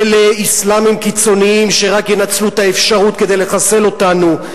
אלה אסלאמים קיצוניים שרק ינצלו את האפשרות כדי לחסל אותנו.